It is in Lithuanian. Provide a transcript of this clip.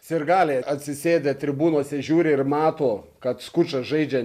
sirgaliai atsisėdę tribūnose žiūri ir mato kad skučas žaidžia